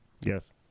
Yes